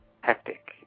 hectic